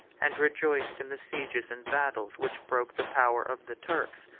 and rejoiced in the sieges and battles which broke the power of the turks,